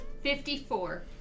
Fifty-four